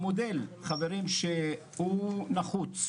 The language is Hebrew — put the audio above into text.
המודל, חברים, שהוא נחוץ